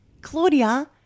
Claudia